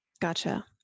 Gotcha